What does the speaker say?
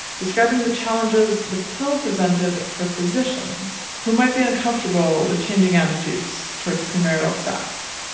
describing the challenges the pill presented for physicians who might be uncomfortable with changing attitudes towards premarital sex.